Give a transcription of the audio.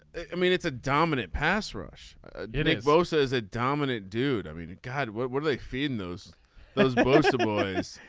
i mean it's a dominant pass rush did it both as a dominant dude. i mean god what were they feeding those those boys. so